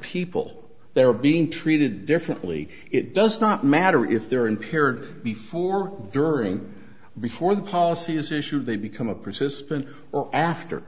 people there are being treated differently it does not matter if they're impaired before during or before the policy is issued they become a persistent or after